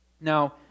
Now